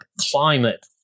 climate